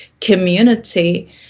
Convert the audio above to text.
community